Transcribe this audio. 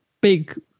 big